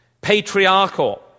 patriarchal